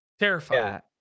Terrified